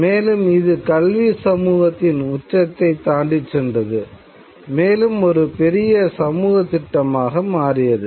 மேலும் இது கல்வி சமூகத்தின் உச்சத்தை தாண்டி சென்றது மேலும் ஒரு பெரிய சமூக திட்டமாக மாறியது